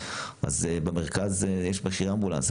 אז במרכז יש מחיר אמבולנס,